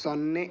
ಸೊನ್ನೆ